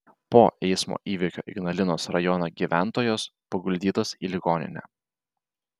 po eismo įvykio ignalinos rajono gyventojos paguldytos į ligoninę